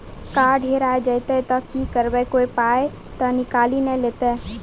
Card हेरा जइतै तऽ की करवै, कोय पाय तऽ निकालि नै लेतै?